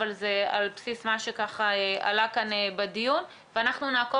אבל זה על בסיס מה שעלה כאן בדיון ואנחנו נעקוב